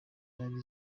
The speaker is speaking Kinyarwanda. zari